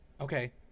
Okay